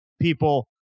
people